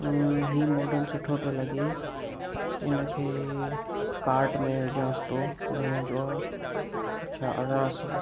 हीउ मॉडल सुठो पियो लॻे इन खे कार्ट में विझांसि थो घणे जो आहे अच्छा अरिड़हं सौ